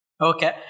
Okay